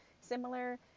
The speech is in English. similar